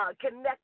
connect